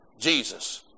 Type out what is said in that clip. Jesus